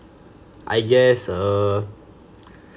I guess err